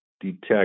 detect